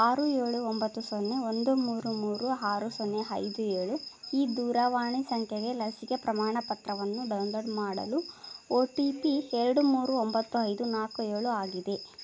ಆರು ಏಳು ಒಂಬತ್ತು ಸೊನ್ನೆ ಒಂದು ಮೂರು ಮೂರು ಆರು ಸೊನ್ನೆ ಐದು ಏಳು ಈ ದೂರವಾಣಿ ಸಂಖ್ಯೆಗೆ ಲಸಿಕೆ ಪ್ರಮಾಣಪತ್ರವನ್ನು ಡೌನ್ಲೋಡ್ ಮಾಡಲು ಒ ಟಿ ಪಿ ಎರಡು ಮೂರು ಒಂಬತ್ತು ಐದು ನಾಲ್ಕು ಏಳು ಆಗಿದೆ